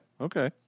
okay